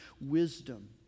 wisdom